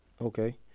okay